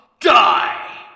die